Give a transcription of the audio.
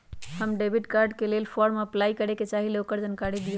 हम debit card के लेल फॉर्म अपलाई करे के चाहीं ल ओकर जानकारी दीउ?